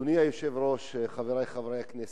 אדוני היושב-ראש, חברי חברי הכנסת,